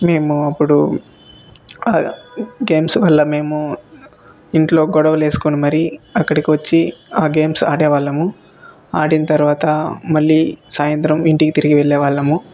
మేము అప్పుడు గేమ్స్ వల్ల మేము ఇంట్లో గొడవలు వేసుకుని మరి అక్కడికి వచ్చి ఆ గేమ్స్ ఆడే వాళ్ళము ఆడిన తర్వాత మళ్లీ సాయంత్రం ఇంటికి తిరిగి వెళ్ళే వాళ్ళము